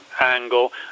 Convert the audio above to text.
angle